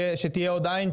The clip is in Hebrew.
שתהיה עוד עין,